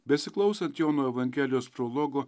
besiklausant jono evangelijos prologo